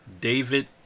David